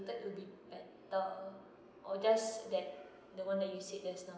~ted I thought it would be like uh or just that the one you said just now